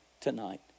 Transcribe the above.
tonight